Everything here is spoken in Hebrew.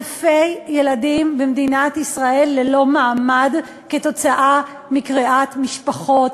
אלפי ילדים במדינת ישראל ללא מעמד כתוצאה מקריעת משפחות,